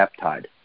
peptide